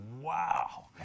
wow